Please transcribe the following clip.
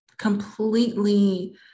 completely